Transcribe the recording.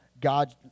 God